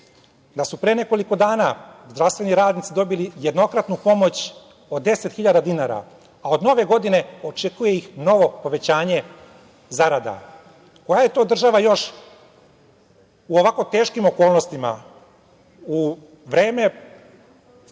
da su pre nekoliko dana zdravstveni radnici dobili jednokratnu pomoć od 10 hiljada dinara, a od Nove Godine očekuje ih novo povećanje zarada. Koja je to država još u ovako teškim okolnostima, u vreme